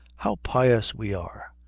how pious we are!